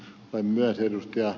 olen myös ed